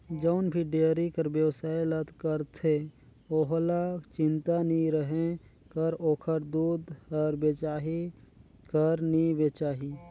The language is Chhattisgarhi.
जउन भी डेयरी कर बेवसाय ल करथे ओहला चिंता नी रहें कर ओखर दूद हर बेचाही कर नी बेचाही